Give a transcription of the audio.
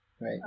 Right